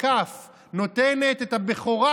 נותנת את הבכורה,